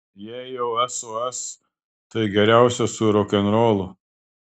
jei jau sos tai geriausia su rokenrolu